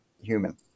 human